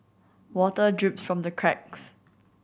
water drips from the cracks